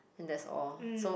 and that's all so